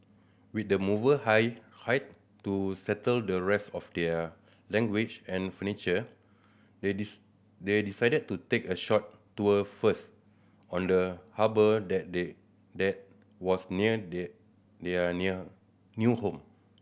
with the mover hired to settle the rest of their language and furniture they they decided to take a short tour first on the harbour that they that was near their near near new home